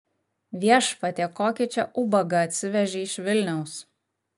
viešpatie kokį čia ubagą atsivežei iš vilniaus